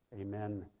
amen